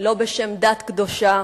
לא בשם דת קדושה